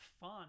fun